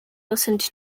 listened